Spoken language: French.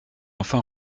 enfin